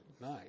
night